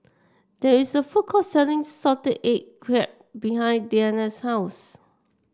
there is a food court selling Salted Egg Crab behind Dena's house